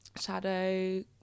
shadow